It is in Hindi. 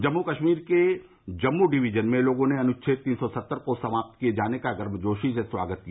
जम्मू कश्मीर के जम्मू डिवीजन में लोगों ने अनुच्छेद तीन सौ सत्तर को समात किए जाने का गर्मजोशी से स्वागत किया